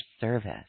service